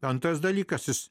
antras dalykas jis